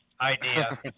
idea